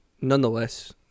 nonetheless